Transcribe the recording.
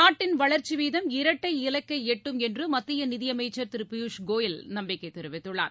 நாட்டின் வளர்ச்சி வீதம் இரட்டை இலக்கை எட்டும் என்று மத்திய நிதியமைச்சர் திரு பியூஸ் கோயல் நம்பிக்கை தெரிவித்துள்ளார்